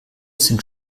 sind